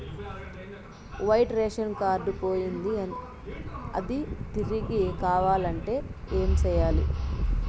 white ration card పోయింది అది తిరిగి కావాలంటే ఏం సేయాలి